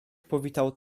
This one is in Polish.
powitał